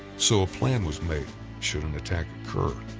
so a plan was made should an attack occur.